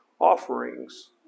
offerings